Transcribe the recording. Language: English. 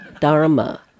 Dharma